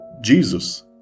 Jesus